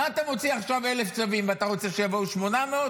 מה אתם מוציא עכשיו 1,000 צווים ואתה רוצה שיבואו 800?